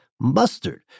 mustard